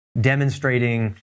demonstrating